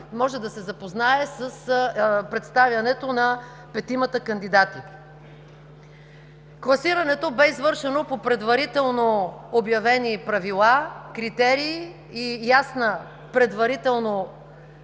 може да се запознае с представянето на петимата кандидати. Класирането бе извършено по предварително обявени правила, критерии и ясна предварително